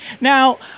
Now